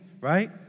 right